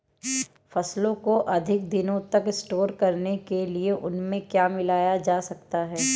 फसलों को अधिक दिनों तक स्टोर करने के लिए उनमें क्या मिलाया जा सकता है?